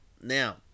Now